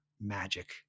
magic